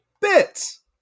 Bits